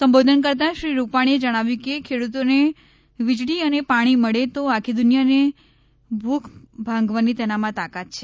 સંબોધન કરતાં શ્રી રૂપાણીએ જણાવ્યું કે ખેડૂતોને વીજળી અને પાણી મળે તો આખી દુનિયાની ભૂખ ભાંગવાની તેનામાં તાકાત છે